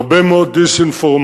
הרבה מאוד דיסאינפורמציה,